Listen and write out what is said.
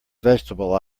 vegetable